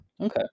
Okay